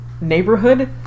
neighborhood